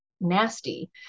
nasty